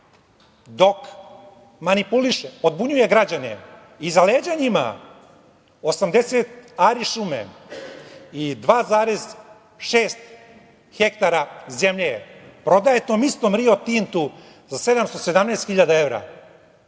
dok manipuliše, podbunjuje građane, iza leđa njima 80 ari šume i 2,6 hektara zemlje prodaje tom istom „Rio Tintu“ za 717.000 evra.